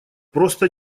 просто